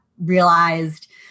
realized